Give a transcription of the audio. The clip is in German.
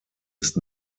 ist